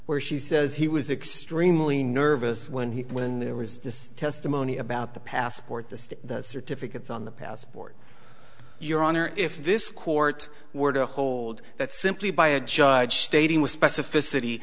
where she says he was extremely nervous when he when there was this testimony about the passport the state certificates on the passport your honor if this court were to hold that simply by a judge stating with specificity